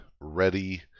ready